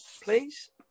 please